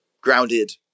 Grounded